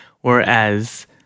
Whereas